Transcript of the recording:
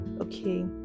okay